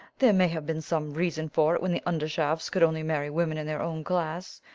there may have been some reason for it when the undershafts could only marry women in their own class,